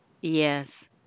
Yes